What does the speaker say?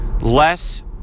less